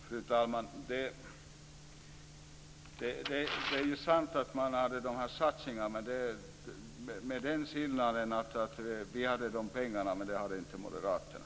Fru talman! Det är sant att moderaterna har föreslagit dessa satsningar. Skillnaden är att vi hade pengarna, men det hade inte moderaterna.